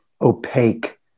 opaque